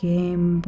Game